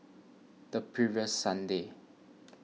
the previous Sunday